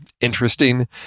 interesting